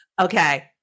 Okay